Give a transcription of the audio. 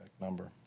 number